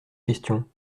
questions